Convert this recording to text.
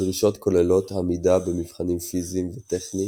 הדרישות כוללות עמידה במבחנים פיזיים וטכניים,